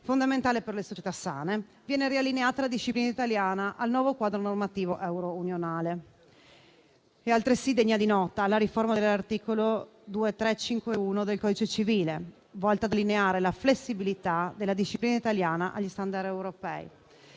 fondamentali per le società sane, viene riallineata la disciplina italiana al nuovo quadro normativo euro-unionale. È altresì degna di nota la riforma dell'articolo 2351 del codice civile, volta a delineare la flessibilità della disciplina italiana agli *standard* europei.